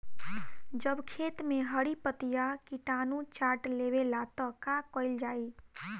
जब खेत मे हरी पतीया किटानु चाट लेवेला तऽ का कईल जाई?